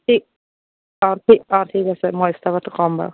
ঠিক অ' ঠিক অ' ঠিক আছে মই ষ্টাফত ক'ম বাৰু